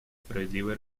справедливое